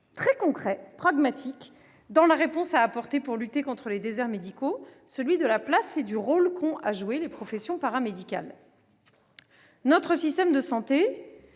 concret, pragmatique, dans la réponse à apporter pour lutter contre les déserts médicaux : la place et le rôle qu'ont à jouer les professions paramédicales. Notre système de santé